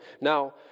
Now